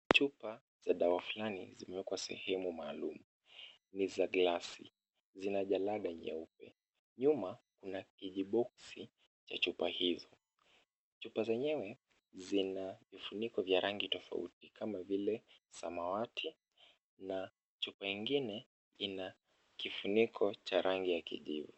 Chupa za dawa fulani, zimewekwa sehemu maalum. Ni za glasi, zina jalada nyeupe. Nyuma, kuna kijiboksi cha chupa hizo. Chupa zenyewe zina vifuniko vya rangi tofauti kama vile samawati na chupa ingine ina kifuniko cha rangi ya kijivu.